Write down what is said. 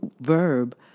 verb